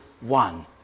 one